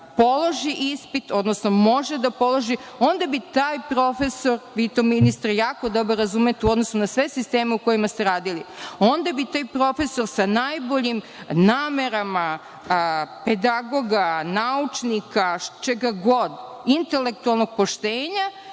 položi ispit, odnosno može da položi, onda bi taj profesor, vi to, ministre, jako dobro razumete u odnosu na sve sisteme u kojima ste radili, onda bi taj profesor sa najboljim namerama pedagoga, naučnika, čega god, intelektualnog poštenja,